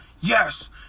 Yes